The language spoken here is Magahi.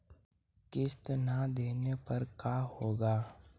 किस्त न देबे पर का होगा?